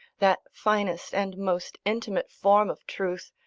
that finest and most intimate form of truth,